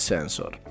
Sensor